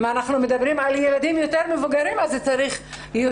אם אנחנו מדברים על משפחה עם ילדים מבוגרים יותר אז צריך יותר.